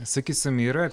sakysim yra